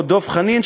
או דב חנין,